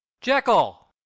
Jekyll